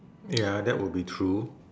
ya that would be true